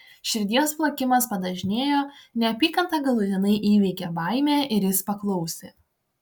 širdies plakimas padažnėjo neapykanta galutinai įveikė baimę ir jis paklausė